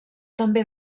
també